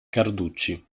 carducci